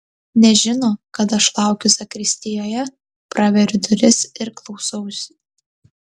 nežino kad aš laukiu zakristijoje praveriu duris ir klausausi